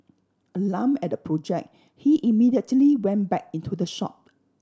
alarmed at the object he immediately went back into the shop